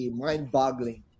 mind-boggling